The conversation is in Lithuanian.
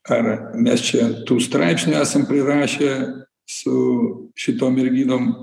ar mes čia tų straipsnių esam prirašę su šitom merginom